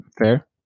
fair